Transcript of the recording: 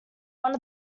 one